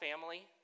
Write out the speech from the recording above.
family